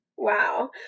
Wow